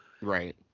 right